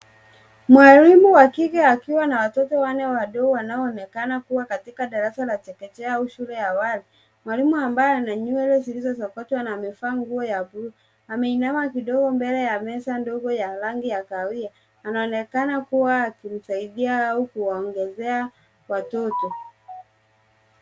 Mwalimu wa kike akiwa na watoto wanne wadogo wanaoonekana kuwa katika darasa la chekechea au shule ya awali. Mwalimu ambaye ana nywele zilizosokotwa na amevaa ya buluu. Ameinama kidogo mbele ya meza ndogo ya rangi ya kahawia, anaonekana kuwa akimsaidia au kuwaongezea watoto.